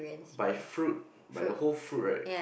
by fruit by the whole fruit right